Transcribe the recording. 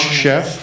chef